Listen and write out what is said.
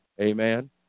Amen